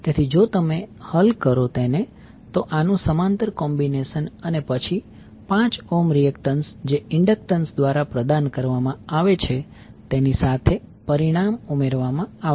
તેથી જો તમે હલ કરો તો આનું સમાંતર કોમ્બિનેશન અને પછી 5 ઓહ્મ રિએક્ટન્સ જે ઇન્ડક્ટન્સ દ્વારા પ્રદાન કરવામાં આવે છે તેની સાથે પરિણામ ઉમેરવામાં આવશે